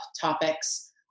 topics